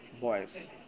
boys